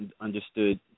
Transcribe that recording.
understood